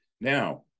now